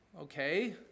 okay